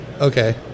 Okay